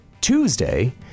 Tuesday